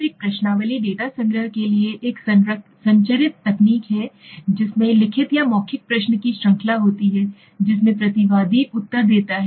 अब एक प्रश्नावली डेटा संग्रह के लिए एक संरचित तकनीक है जिसमें लिखित या मौखिक प्रश्न कि श्रृंखला होती है जिसमें प्रतिवादी उत्तर देता है